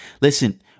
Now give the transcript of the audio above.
listen